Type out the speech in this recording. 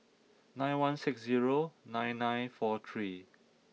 nine one six zero nine nine four three